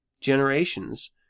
generations